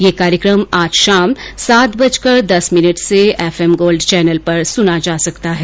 यह कार्यक्रम आज शाम सात बजकर दस मिनट से एफएम गोल्ड चौनल पर सुना जा सकता है